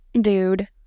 dude